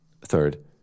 Third